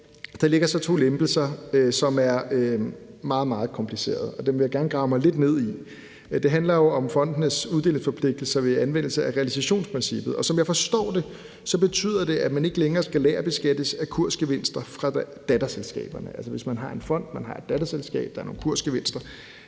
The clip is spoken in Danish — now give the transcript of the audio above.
der ligger to lempelser, som er meget, meget komplicerede, og dem vil jeg gerne grave mig lidt ned i. Det handler om fondenes uddelingsforpligtelser ved anvendelse af realisationsprincippet. Som jeg forstår det, betyder det, at man ikke længere skal lagerbeskattes af kursgevinster fra datterselskaberne, altså hvis man som fond har et datterselskab med nogle kursgevinster,